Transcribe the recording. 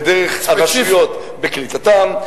לדרך הרשויות לקליטתם.